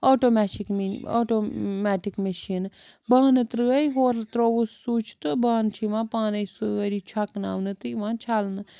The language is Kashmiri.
آٹومیشِک آٹومیٹِک میٚشینہٕ بانہٕ ترٛٲو ہورٕ ترٛووُس سُچ تہٕ بانہٕ چھِ یِوان پانَے سٲری چھۄکناونہٕ تہٕ یِوان چھَلنہٕ